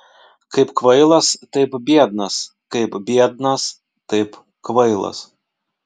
kaip kvailas taip biednas kaip biednas taip kvailas